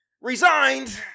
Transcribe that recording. Resigned